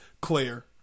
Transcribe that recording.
claire